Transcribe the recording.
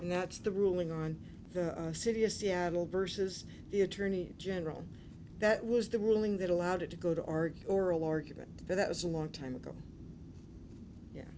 and that's the ruling on the city of seattle versus the attorney general that was the ruling that allowed it to go to our oral argument that was a long time ago